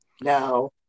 Now